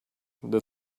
did